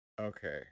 okay